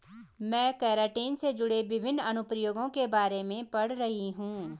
मैं केराटिन से जुड़े विभिन्न अनुप्रयोगों के बारे में पढ़ रही हूं